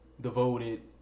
devoted